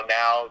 now